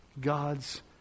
God's